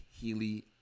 Healy